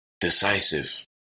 decisive